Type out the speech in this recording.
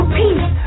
peace